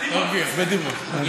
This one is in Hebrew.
בדימוס.